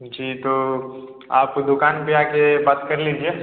जी तो आप दुकान पर आ कर बात कर लीजिए